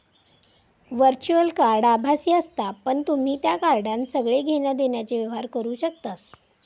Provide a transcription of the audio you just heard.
virtual card आभासी असता पण तुम्ही त्या कार्डान सगळे घेण्या देण्याचे व्यवहार करू शकतास